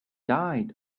died